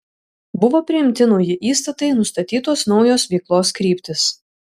buvo priimti nauji įstatai nustatytos naujos veiklos kryptys